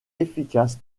efficace